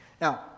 Now